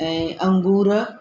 ऐं अंगूर